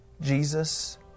Jesus